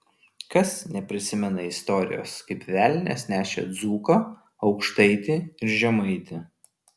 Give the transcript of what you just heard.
kas neprisimena istorijos kaip velnias nešė dzūką aukštaitį ir žemaitį